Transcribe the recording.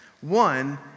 One